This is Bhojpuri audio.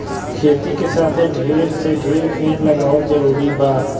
खेती के साथे ढेर से ढेर पेड़ लगावल जरूरी बा